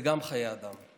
זה גם חיי אדם.